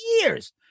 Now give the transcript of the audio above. years